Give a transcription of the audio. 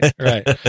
right